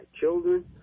children